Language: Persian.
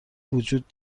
وجود